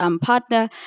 partner